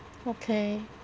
okay